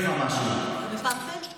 אתה רציני שאתה מפמפם את זה בלי שום בסיס?